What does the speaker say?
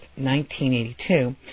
1982